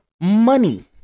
money